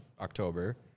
October